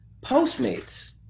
Postmates